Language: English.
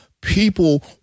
people